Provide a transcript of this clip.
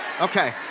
Okay